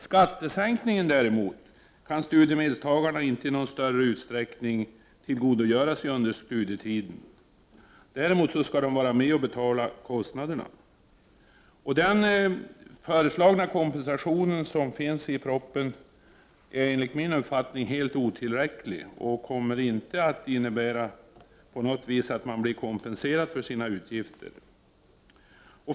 Skattesänkningen kan studiemedelstagarna däremot inte tillgodogöra sig i någon större utsträckning under studietiden. De skall ändå vara med och betala kostnaderna. Den föreslagna kompensationen som finns med i propositionen är enligt min mening helt otillräcklig. Den kommer inte att leda till att man blir kompenserad för sina utgifter.